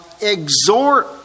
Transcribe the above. exhort